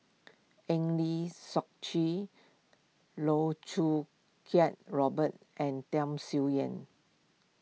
Eng Lee Seok Chee Loh Choo Kiat Robert and Tham Sien Yen